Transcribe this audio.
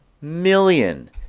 million